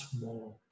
more